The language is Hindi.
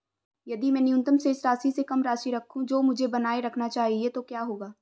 यदि मैं न्यूनतम शेष राशि से कम राशि रखूं जो मुझे बनाए रखना चाहिए तो क्या होगा?